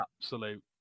absolute